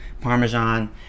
Parmesan